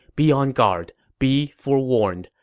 be on guard be forewarned.